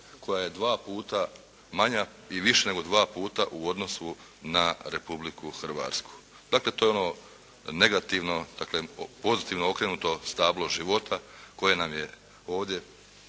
koja je dva puta manja, i više nego dva puta u odnosu na Republiku Hrvatsku. Dakle, to je ono negativno, dakle, pozitivno okrenuto stablo života koje nam je ovdje,